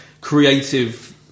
creative